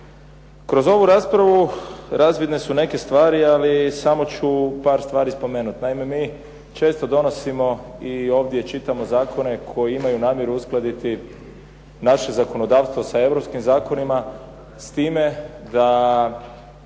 Kroz ovu raspravu razvidne su neke stvari, ali samo ću par stvari spomenut. Naime, mi često donosimo i ovdje čitamo zakone koji imaju namjeru uskladiti naše zakonodavstvo s europskim zakonima, s time da